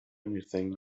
anything